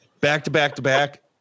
back-to-back-to-back